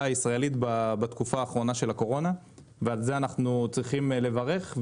הישראלית בתקופה האחרונה של הקורונה ועל זה אנחנו צריכים לברך,